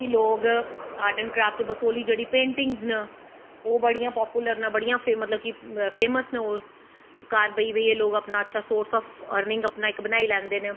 कि लोग art and craft Basohli जेह्ड़ी पेंटिंगस न ओह् बड़ियां पापुलर न बड़ियां फेमस न घर बेहियै लोग अच्छा अपना सोरस ऑफ अर्निंग बनाई लैंदे न